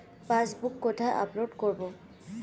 Passbook কোথায় update করব?